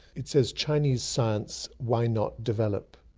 it says, chinese science, why not develop?